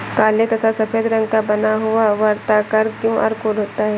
काले तथा सफेद रंग का बना हुआ वर्ताकार क्यू.आर कोड होता है